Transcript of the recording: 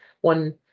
one